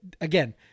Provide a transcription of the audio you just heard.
Again